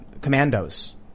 commandos